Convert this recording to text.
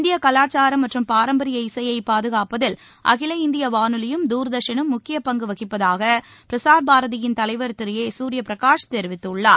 இந்திய கலாச்சாரம் மற்றும் பராம்பரிய இசையை பாதுகாப்பதில் அகில இந்திய வானொலியும் தூர்தர்ஷனும் முக்கிய பங்கு வகிப்பதாக பிரஸார் பாரதியின் தலைவர் திரு ஏ சுசூர்ய பிரகாஷ் தெரிவித்துள்ளார்